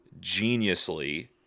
geniusly